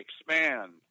expand